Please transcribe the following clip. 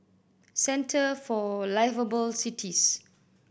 Centre for Liveable Cities